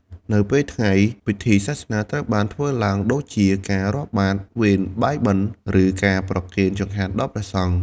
នៅពេលថ្ងៃ ពិធីសាសនាត្រូវបានធ្វើឡើងដូចជាការរាប់បាត្រ វេនបាយបិណ្ឌ ឬការប្រគេនចង្ហាន់ដល់ព្រះសង្ឃ។